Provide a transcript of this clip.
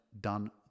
done